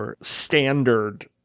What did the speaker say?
standard